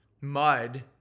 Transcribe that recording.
mud